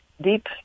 deep